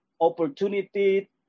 opportunity